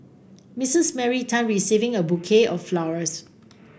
Mistress Mary Tan receiving a bouquet of flowers